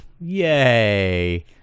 yay